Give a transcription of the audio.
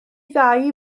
ddau